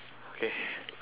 okay